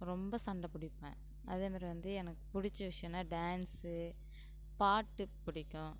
ரொம்ப சண்டை பிடிப்பேன் அதே மாதிரி வந்து எனக்கு பிடிச்ச விஷயோன்னா டான்ஸு பாட்டு பிடிக்கும்